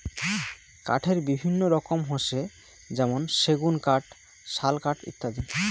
কাঠের বিভিন্ন রকম হসে যেমন সেগুন কাঠ, শাল কাঠ ইত্যাদি